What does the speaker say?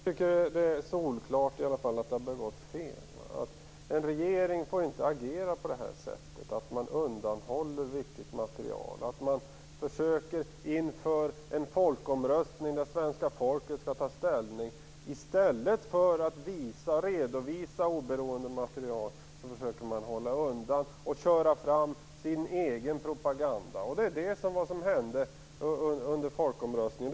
Herr talman! Det är solklart att det har begåtts fel. En regering får inte agera på det här sättet och undanhålla viktigt material inför en folkomröstning där svenska folket skall ta ställning. I stället för att redovisa oberoende material försöker man att hålla undan information och föra fram sin egen propaganda. Det är vad som hände under folkomröstningen.